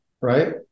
Right